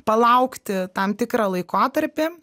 palaukti tam tikrą laikotarpį